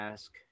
Ask